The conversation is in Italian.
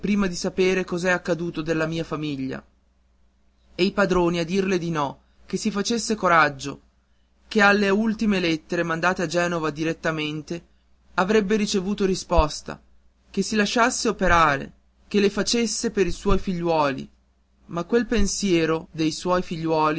di sapere cos'è accaduto alla mia famiglia e i padroni a dirle di no che si facesse coraggio che alle ultime lettere mandate a genova direttamente avrebbe ricevuto risposta che si lasciasse operare che lo facesse per i suoi figliuoli ma quel pensiero dei suoi